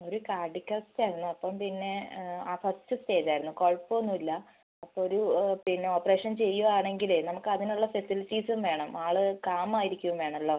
ഒരു cardiac arrest ആയിരുന്നു അപ്പം പിന്നെ ആ ഫസ്റ്റ് സ്റ്റേജ് ആയിരുന്നു കുഴപ്പം ഒന്നുമില്ല അപ്പം ഒരു പിന്നെ ഓപ്പറേഷൻ ചെയ്യുവാണെങ്കിലേ നമുക്ക് അതിനുള്ള ഫെസിലിറ്റീസും വേണം ആൾ കാം ആയിരിക്കുകയും വേണമല്ലോ